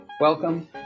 welcome